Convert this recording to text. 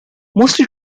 mostly